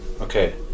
okay